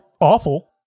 awful